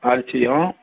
அரிசியும்